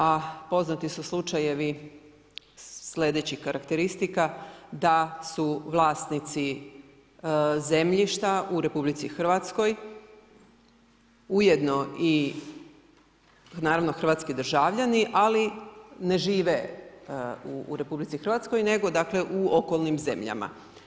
A poznati su slučajevi sljedećih karakteristika, da su vlasnici zemljišta u RH ujedno i naravno hrvatski državljani, ali ne žive u RH nego u okolnim zemljama.